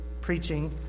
preaching